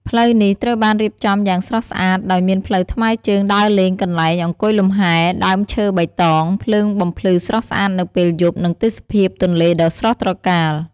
ផ្លូវនេះត្រូវបានរៀបចំយ៉ាងស្រស់ស្អាត ដោយមានផ្លូវថ្មើរជើងដើរលេង កន្លែងអង្គុយលំហែ ដើមឈើបៃតង ភ្លើងបំភ្លឺស្រស់ស្អាតនៅពេលយប់ និងទេសភាពទន្លេដ៏ស្រស់ត្រកាល។